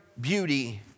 beauty